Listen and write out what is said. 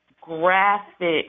graphic